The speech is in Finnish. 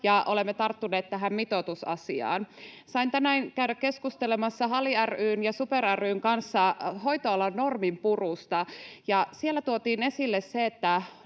ja olemme tarttuneet tähän mitoitusasiaan. Sain tänään käydä keskustelemassa HALI ry:n ja SuPer ry:n kanssa hoitoalan norminpurusta, ja siellä tuotiin esille se,